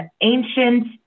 ancient